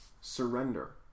Surrender